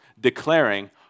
declaring